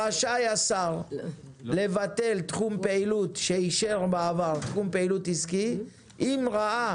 רשאי השר לבטל תחום פעילות עסקית שאישר בעבר אם ראה